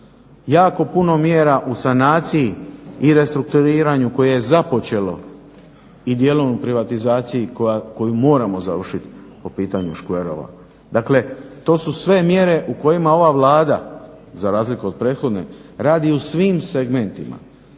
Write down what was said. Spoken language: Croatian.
Jako puno mjera u sanaciji i restrukturiranju koje je započelo i djelom u privatizaciji koju moramo završiti po pitanju škverova. Dakle, to su sve mjere u kojima ova Vlada, za razliku od prethodne radi u svim segmentima,